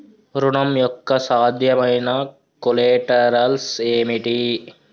ఋణం యొక్క సాధ్యమైన కొలేటరల్స్ ఏమిటి?